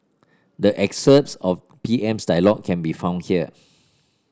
the excerpts of P M's dialogue can be found here